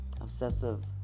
obsessive